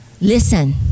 listen